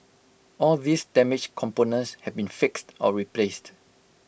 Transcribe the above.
all these damaged components have been fixed or replaced